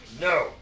No